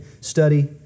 study